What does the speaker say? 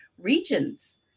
regions